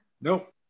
Nope